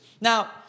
Now